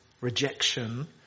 rejection